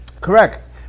Correct